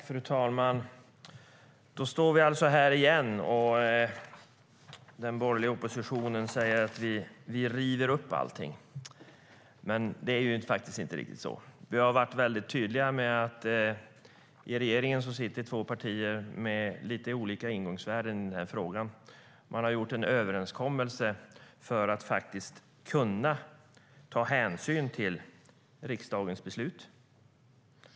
Fru talman! Nu står vi här igen, och den borgerliga oppositionen säger att vi river upp allting. Men det är faktiskt inte riktigt så. Vi har varit mycket tydliga med att det i regeringen sitter två partier med lite olika ingångsvärden i denna fråga. Man har gjort en överenskommelse för att faktiskt kunna ta hänsyn till riksdagens beslut.